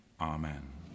Amen